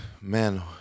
man